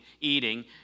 eating